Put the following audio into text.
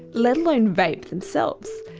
let alone vape, themselves.